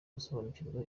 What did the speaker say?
gusobanukirwa